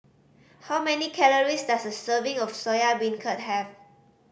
how many calories does a serving of Soya Beancurd have